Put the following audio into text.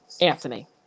Anthony